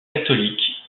catholique